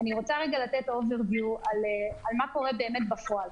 אני רוצה לומר מה קורה בפועל.